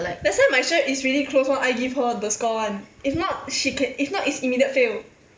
that's why my cher is really close one eye give her the score one if not she ca~ if not is immediate fail